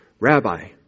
Rabbi